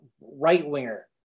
right-winger